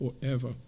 forever